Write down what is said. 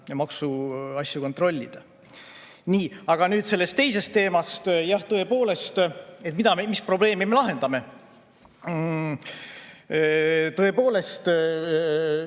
ja maksu asju kontrollida. Nii, aga nüüd teisest teemast. Jah, tõepoolest, mis probleemi me lahendame? Kehtiva